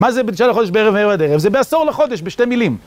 מה זה בתשעה לחודש בערב מערב עד ערב? זה בעשור לחודש בשתי מילים.